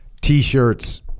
t-shirts